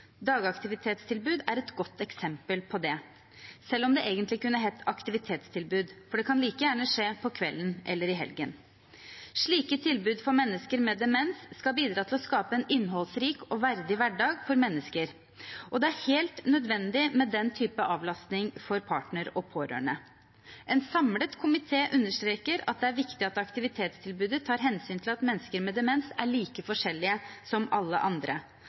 Dagaktivitetstilbud er et godt eksempel på det, selv om det egentlig kunne hett aktivitetstilbud, for det kan like gjerne skje på kvelden eller i helgen. Slike tilbud for mennesker med demens skal bidra til å skape en innholdsrik og verdig hverdag for mennesker, og det er helt nødvendig med den type avlastning for partner og pårørende. En samlet komité understreker at det er viktig at aktivitetstilbudet tar hensyn til at mennesker med demens er like forskjellige som alle andre,